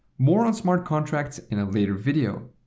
more on smart contracts in a later video.